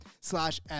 slash